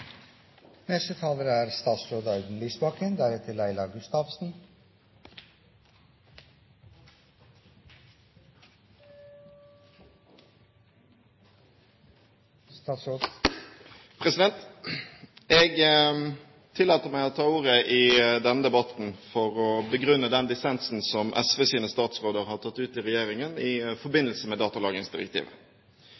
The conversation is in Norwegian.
Jeg tillater meg å ta ordet i denne debatten for å begrunne den dissensen som SVs statsråder har tatt ut i regjeringen i